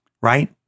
right